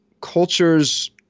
cultures